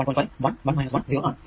5 1 1 1 0 ആണ്